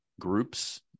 groups